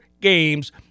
games